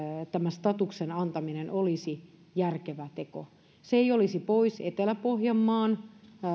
statuksen antaminen olisi järkevä teko se ei olisi pois etelä pohjanmaan